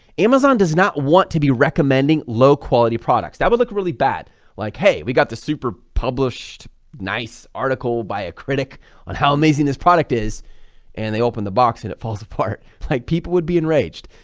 amazon does not want to be recommending low quality products that would look really bad like hey we got the super published nice article by a critic on how amazing this product is and they open the box and it falls apart like people would be enraged,